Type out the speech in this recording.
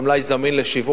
במלאי זמין לשיווק,